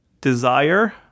desire